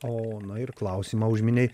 o na ir klausimą užminei